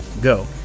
go